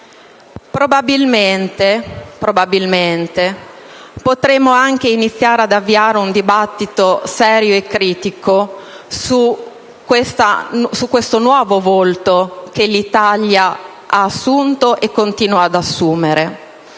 probabilmente potremmo anche avviare una riflessione seria e critica su questo nuovo volto che l'Italia ha assunto e continua ad assumere;